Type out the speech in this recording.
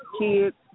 kids